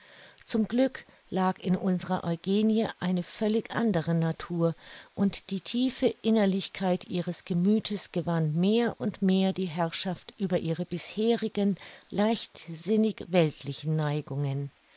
zum glück lag in unserer eugenie eine völlig andere natur und die tiefe innerlichkeit ihres gemüthes gewann mehr und mehr die herrschaft über ihre bisherigen leichtsinnig weltlichen neigungen